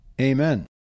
Amen